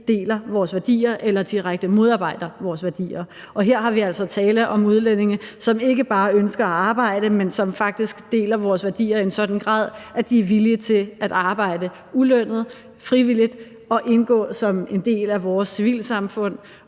deler vores værdier eller direkte modarbejder vores værdier. Og her er der altså tale om udlændinge, som ikke bare ønsker at arbejde, men som faktisk deler vores værdier i en sådan grad, at de er villige til at arbejde ulønnet, frivilligt, og indgå som en del af vores civilsamfund.